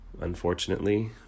unfortunately